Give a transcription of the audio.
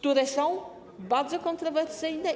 To bardzo kontrowersyjne.